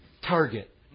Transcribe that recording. target